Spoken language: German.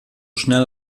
schnell